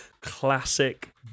Classic